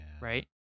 Right